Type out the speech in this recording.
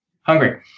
hungry